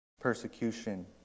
persecution